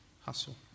hustle